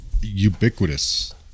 ubiquitous